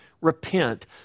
repent